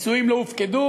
הפיצויים לא הופקדו,